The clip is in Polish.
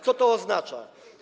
Co to oznacza?